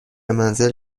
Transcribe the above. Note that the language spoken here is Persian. منزل